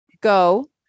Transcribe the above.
go